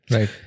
Right